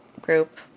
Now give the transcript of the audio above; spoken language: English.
group